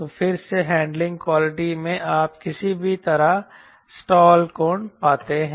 तो फिर से हैंडलिंग क्वालिटी में आप किसी भी तरह स्टाल कोण पाते हैं